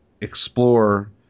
explore